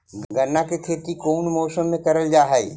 गन्ना के खेती कोउन मौसम मे करल जा हई?